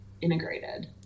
integrated